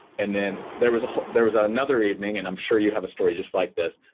and then there was there was another evening and i'm sure you have a story just like this,